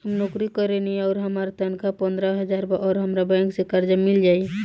हम नौकरी करेनी आउर हमार तनख़ाह पंद्रह हज़ार बा और हमरा बैंक से कर्जा मिल जायी?